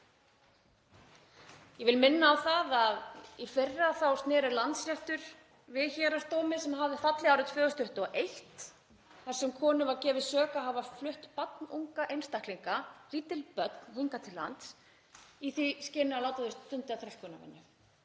Ég vil minna á það að í fyrra sneri Landsréttur við dómi héraðsdóms sem hafði fallið árið 2021, þar sem konu var gefið að sök að hafa flutt barnunga einstaklinga, lítil börn, hingað til lands í því skyni að láta þau stunda þrælkunarvinnu.